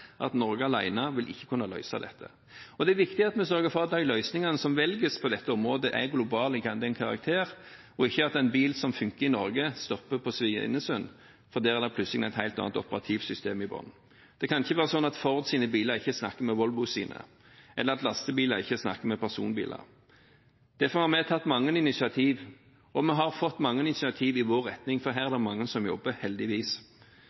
at Norge alene ikke vil kunne løse dette. Det er viktig at vi sørger for at de løsningene som velges på dette området, er globale av karakter, slik at ikke en bil som funker i Norge, stopper på Svinesund fordi det der plutselig er et helt annet operativsystem i bunnen. Det kan ikke være sånn at Fords biler ikke snakker med Volvos, eller at lastebiler ikke snakker med personbiler. Derfor har vi tatt mange initiativ, og vi har fått mange initiativ i vår retning, for her er det mange som jobber – heldigvis.